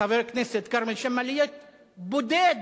חבר הכנסת כרמל שאמה, להיות בודד